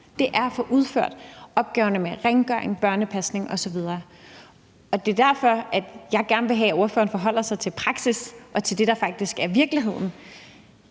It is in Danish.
Det er at få udført opgaverne med rengøring, børnepasning osv. Det er derfor, jeg gerne vil have, at ordføreren forholder sig til praksis og til det, der faktisk er virkeligheden.